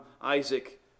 Isaac